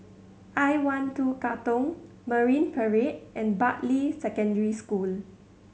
I One Two Katong Marine Parade and Bartley Secondary School